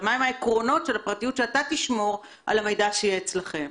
ומהם העקרונות של הפרטיות שאתה תשמור בנוגע למידע שיהיה אצלכם?